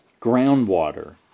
groundwater